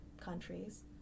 countries